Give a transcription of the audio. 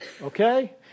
Okay